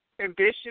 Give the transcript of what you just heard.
ambition